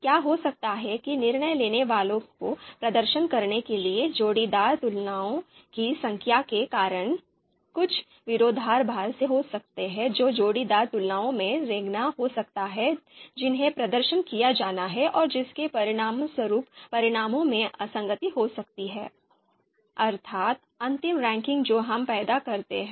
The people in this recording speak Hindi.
क्या हो सकता है कि निर्णय लेने वालों को प्रदर्शन करने के लिए जोड़ीदार तुलनाओं की संख्या के कारण कुछ विरोधाभास हो सकते हैं जो जोड़ीदार तुलनाओं में रेंगना हो सकता है जिन्हें प्रदर्शन किया जाना है और जिसके परिणामस्वरूप परिणामों में असंगति हो सकती है अर्थात अंतिम रैंकिंग जो हम पैदा करते हैं